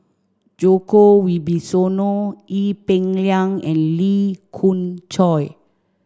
Djoko Wibisono Ee Peng Liang and Lee Khoon Choy